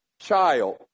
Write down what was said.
child